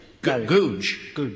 Gooch